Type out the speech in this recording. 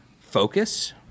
focus